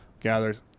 gathers